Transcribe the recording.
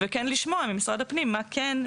וכן לשמוע ממשרד הפנים מה כן,